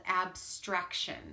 abstraction